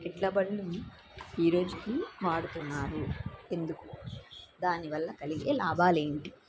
ఎడ్లబండ్లను ఈరోజుకీ వాడుతున్నారు ఎందుకు దానివల్ల కలిగే లాభాలేంటి